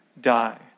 die